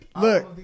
Look